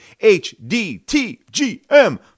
H-D-T-G-M